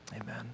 Amen